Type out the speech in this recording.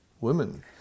women